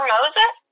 Moses